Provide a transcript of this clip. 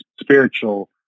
spiritual